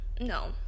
No